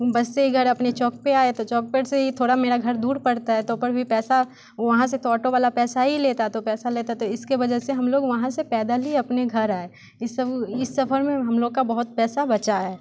बस से ही घर अपने चौक पे आए तो चौक पर से ही थोड़ा मेरा घर दूर पड़ता है तब पर भी पैसा वहाँ से तो ऑटो वाला पैसा ही लेता है तो पैसा लेता है तो इसके वजह से हम लोग वहाँ से पैदल ही अपने घर आए इस इस सफर में हम लोग का बहुत पैसा बचा है